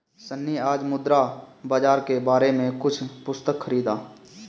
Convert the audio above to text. सन्नी आज मुद्रा बाजार के बारे में कुछ पुस्तक खरीदा